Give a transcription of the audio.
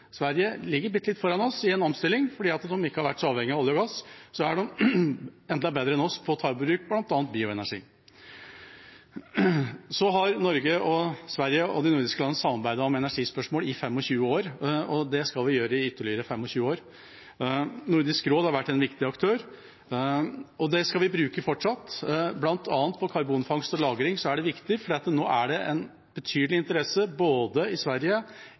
Sverige ligger bitte litt foran oss i omstillingen. Fordi de ikke har vært så avhengige av olje og gass, er de enda bedre enn oss til å ta i bruk bl.a. bioenergi. Norge, Sverige og de andre nordiske landene har samarbeidet om energispørsmål i 25 år, og det skal vi gjøre i ytterligere 25 år. Nordisk råd har vært en viktig aktør, og det skal vi bruke fortsatt. Blant annet er det viktig på karbonfangst og -lagring, for nå er det en betydelig interesse særlig i Sverige